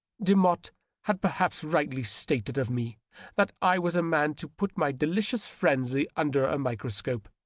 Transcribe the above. demotte had perhaps rightly stated of me that i was a man to put my delicious frenzy under a microscope.